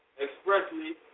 expressly